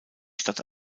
stadt